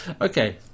Okay